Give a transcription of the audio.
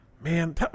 Man